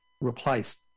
replaced